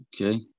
Okay